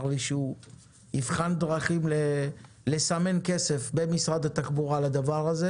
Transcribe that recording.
לי שהוא יבחן דרכים לסמן כסף במשרד התחבורה לדבר הזה